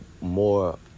more